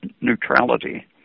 neutrality